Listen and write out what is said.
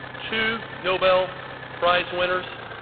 two nobel prize winners,